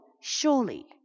surely